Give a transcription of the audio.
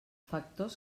factors